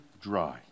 dry